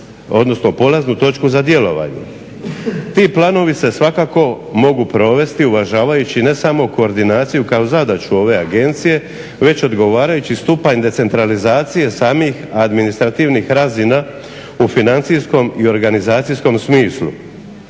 imamo i polaznu točku za djelovanje. Ti planovi se svakako mogu provesti uvažavajući ne samo koordinaciju kao zadaću ove agenciju već odgovarajući stupanj decentralizacije samih administrativnih razina u financijskom i organizacijskom smislu.